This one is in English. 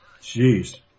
Jeez